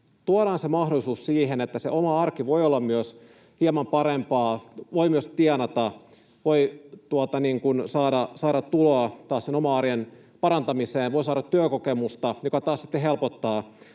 Tuodaan se mahdollisuus siihen, että oma arki voi olla myös hieman parempaa, voi myös tienata, voi saada tuloa sen oman arjen parantamiseen, voi saada työkokemusta, joka taas sitten helpottaa